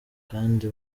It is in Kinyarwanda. kandi